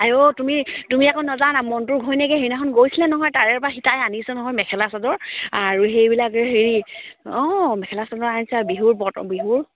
আইঔ তুমি তুমি আকৌ নাজানা মন্টুৰ ঘৈণীয়েকে সেইদিনাখন গৈছিলে নহয় তাৰে পৰা সেই তাই আনিছে নহয় মেখেলা চাদৰ আৰু সেইবিলাকে হেৰি অঁ মেখেলা চাদৰ আনিছে আৰু বিহুৰ বত বিহুৰ